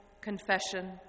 confession